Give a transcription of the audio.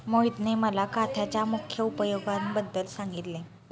मोहितने मला काथ्याच्या मुख्य उपयोगांबद्दल सांगितले